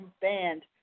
band